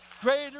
Greater